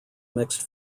mixed